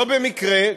לא במקרה,